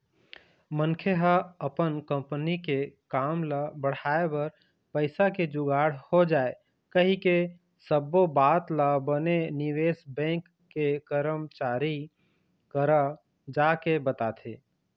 मनखे ह अपन कंपनी के काम ल बढ़ाय बर पइसा के जुगाड़ हो जाय कहिके सब्बो बात ल बने निवेश बेंक के करमचारी करा जाके बताथे